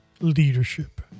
leadership